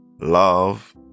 love